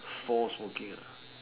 fold smoking